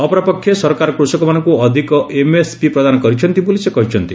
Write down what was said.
ଅପରପକ୍ଷରେ ସରକାର କୃଷକମାନଙ୍କୁ ଅଧିକ ଏମଏସପି ପ୍ରଦାନ କରିଛନ୍ତି ବୋଲି ସେ କହିଛନ୍ତି